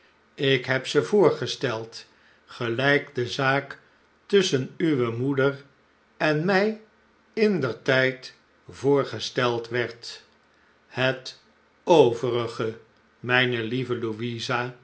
ikheb ze voorgesteld gelijk de zaak tusschen uwe moeder en mij indertijd voorgesteld werd het overige mijne lieve louisa